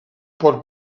pot